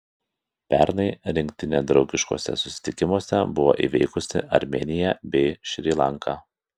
pernai rinktinė draugiškuose susitikimuose buvo įveikusi armėniją bei šri lanką